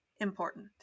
important